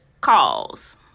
calls